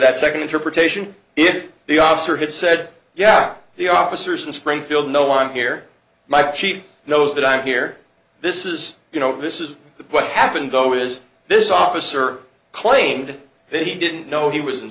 that second interpretation if the officer had said yeah the officers in springfield know i'm here my chief knows that i'm here this is you know this is what happened though is this officer claimed that he didn't know he was